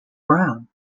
brown